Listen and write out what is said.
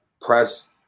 press